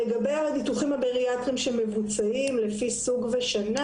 לגבי הניתוחים הבריאטריים שמבוצעים לפי סוג ושנה: